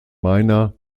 minor